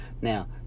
Now